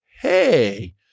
hey